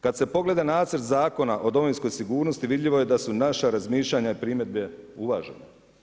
Kad se pogleda nacrt Zakona o domovinskoj sigurnosti vidljivo je da su naša razmišljanja primjedbe uvažene.